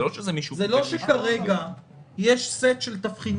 ברצוני להבין: זה לא שכרגע יש סט של תבחינים